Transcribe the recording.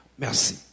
Merci